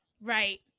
Right